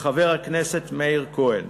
חבר הכנסת מאיר כהן.